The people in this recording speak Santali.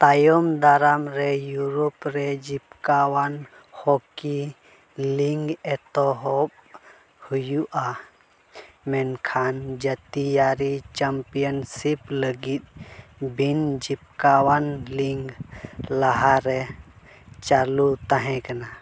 ᱛᱟᱭᱚᱢ ᱫᱟᱨᱟᱢ ᱨᱮ ᱤᱭᱩᱨᱳᱯ ᱨᱮ ᱡᱤᱵᱽᱠᱟᱣᱟᱱ ᱦᱚᱠᱤ ᱞᱤᱜᱽ ᱮᱛᱚᱦᱚᱵ ᱦᱩᱭᱩᱜᱼᱟ ᱢᱮᱱᱠᱷᱟᱱ ᱡᱟᱹᱛᱤᱣᱟᱹᱨᱤ ᱪᱮᱢᱯᱤᱭᱟᱱᱥᱤᱯ ᱞᱟᱹᱜᱤᱫ ᱵᱤᱱ ᱡᱤᱵᱽᱠᱟᱣᱟᱱ ᱞᱤᱜᱽ ᱞᱟᱦᱟ ᱨᱮ ᱞᱟᱦᱟ ᱨᱮ ᱪᱟᱹᱞᱩ ᱛᱟᱦᱮᱸ ᱠᱟᱱᱟ